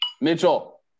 Mitchell